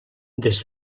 des